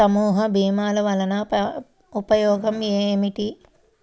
సమూహ భీమాల వలన ఉపయోగం ఏమిటీ?